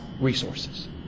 resources